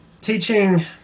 teaching